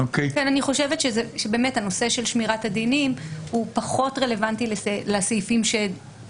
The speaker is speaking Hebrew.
אני חושבת שהנושא של שמירת הדינים הוא פחות רלוונטי לסעיפים בהם